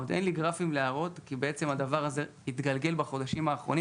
אין לי גרפים להראות כי בעצם הדבר הזה התגלגל בחודשים האחרונים